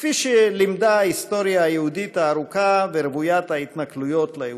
כפי שלימדה ההיסטוריה היהודית הארוכה ורווית ההתנכלויות ליהודים.